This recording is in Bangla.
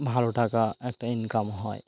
ভালো টাকা একটা ইনকাম হয়